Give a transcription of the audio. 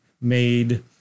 made